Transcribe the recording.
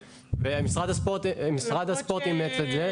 משרד הספורט אימץ את זה.